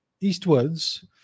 eastwards